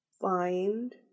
find